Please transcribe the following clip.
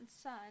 son